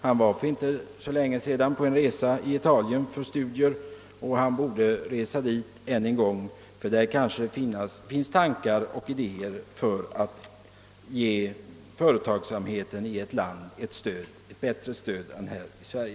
Han var för inte så länge sedan på en resa i Italien för studier. Han borde resa dit än en gång, ty där kanske han kan få ta del av tankar och idéer som syftar till att ge företagsamheten i ett land bättre stöd än den får här i Sverige.